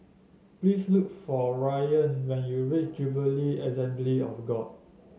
please look for Ryann when you reach Jubilee Assembly of God